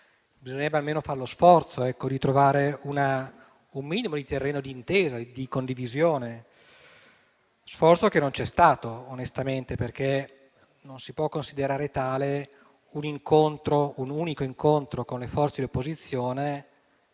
bisognerebbe almeno fare lo sforzo di trovare un minimo di terreno d'intesa e di condivisione. Tale sforzo non c'è stato onestamente, perché non si può considerare tale un unico incontro con le forze di opposizione,